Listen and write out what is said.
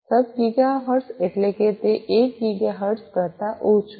સબ gigahertz એટલે કે તે 1 ગીગાહર્ટ્ઝ કરતાં ઓછું છે